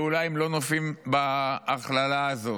ואולי הם לא נופלים בהכללה הזאת,